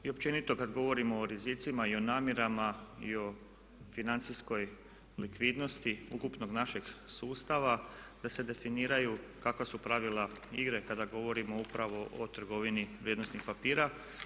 I općenito kad govorimo o rizicima i o namirama i o financijskoj likvidnosti ukupnog našeg sustava da se definiraju kakva su pravila igre kada govorimo upravo o trgovini vrijednosnih papira.